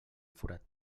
forat